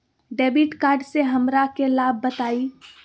Debit card से हमरा के लाभ बताइए?